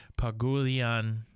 Pagulian